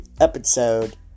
episode